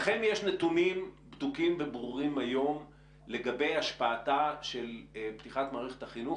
לכם יש נתונים בדוקים וברורים היום לגבי השפעתה של פתיחת מערכת החינוך?